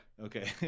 okay